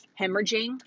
hemorrhaging